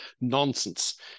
nonsense